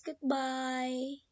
goodbye